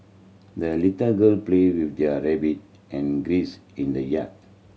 the little girl played with their rabbit and geese in the yard